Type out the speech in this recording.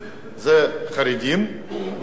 זה חרדים וערבים.